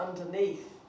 underneath